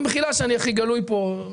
במחילה שאני הכי גלוי פה.